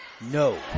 no